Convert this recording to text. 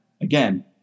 again